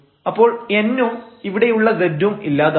അപ്പോൾ n ഉം ഇവിടെയുള്ള z ഉം ഇല്ലാതാവും